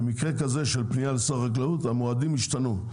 במקרה כזה של פניה לשר החקלאות המועדים ישתנו,